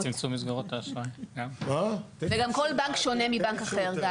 וגם כל בנק שונה מבנק אחר.